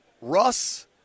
Russ